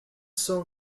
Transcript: son